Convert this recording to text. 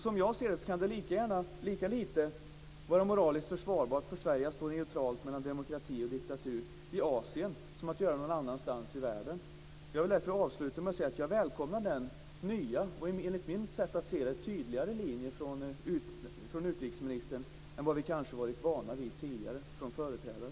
Som jag ser det kan det lika lite vara moraliskt försvarbart för Sverige att stå neutralt mellan demokrati och diktatur i Asien som att göra det någon annanstans i världen. Jag vill därför avsluta med att säga att jag välkomnar den nya och, enligt mitt sätt att se det, tydligare linjen från utrikesministern jämfört med vad vi kanske varit vana vid från hennes företrädare.